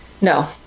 No